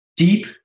Deep